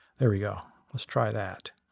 there we go. let's try that.